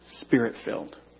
spirit-filled